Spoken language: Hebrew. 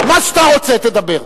מה שאתה רוצה, תדבר.